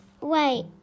Wait